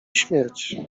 śmierć